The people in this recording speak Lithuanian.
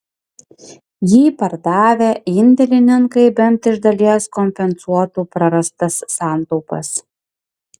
jį pardavę indėlininkai bent iš dalies kompensuotų prarastas santaupas